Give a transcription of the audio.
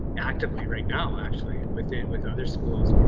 actively right now. actually within with other schools,